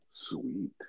Sweet